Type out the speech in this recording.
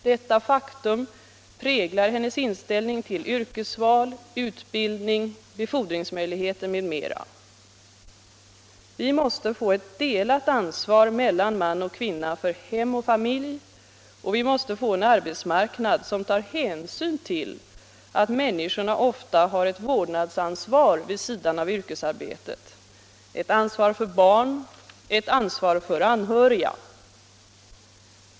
Detta faktum präglar hennes inställning till yrkesval, utbildning, befordringsmöjligheter m.m. Vi måste få ett delat ansvar mellan man och kvinna för hem och familj, och vi måste få en arbetsmarknad som tar hänsyn till att människorna ofta har ett vårdnadsansvar vid sidan av yrkesarbetet, ett ansvar för barn, ett ansvar för anhöriga.